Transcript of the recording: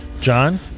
John